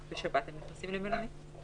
הם נכנסים למלונית.